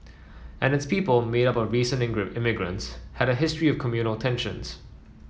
and its people made up of recent immigrants had a history of communal tensions